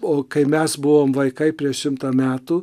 o kai mes buvom vaikai prieš šimtą metų